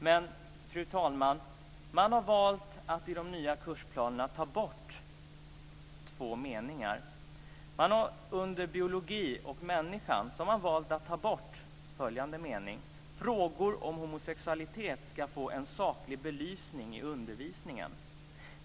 Men, fru talman, i de nya kursplanerna har man valt att ta bort några meningar. Under Biologi och människan har man valt att ta bort följande mening: Frågor om homosexualitet ska få en saklig belysning i undervisningen.